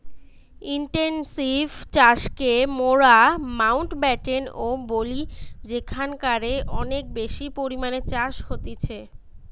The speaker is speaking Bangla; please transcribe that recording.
ইনটেনসিভ চাষকে মোরা মাউন্টব্যাটেন ও বলি যেখানকারে অনেক বেশি পরিমাণে চাষ হতিছে